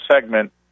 segment